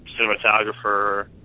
cinematographer